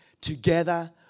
together